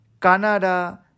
Canada